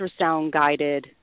ultrasound-guided